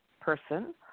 person